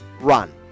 run